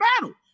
battle